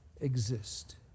exist